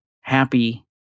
happy